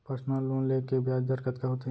Personal loan ले के ब्याज दर कतका होथे?